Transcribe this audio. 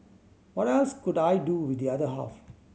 what else could I do with the other half